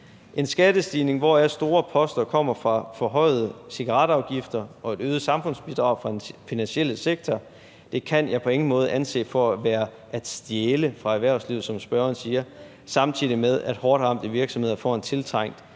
En skattestigning, hvoraf store poster kommer fra forhøjede cigaretafgifter og et øget samfundsbidrag for den finansielle sektor, kan jeg på ingen måde anse for være at stjæle fra erhvervslivet, som spørgeren siger, samtidig med at hårdtramte virksomheder får en tiltrængt